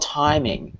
timing